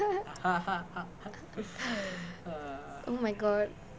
oh my god